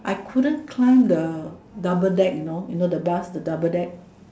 I couldn't climbed the double deck you know the bus the double deck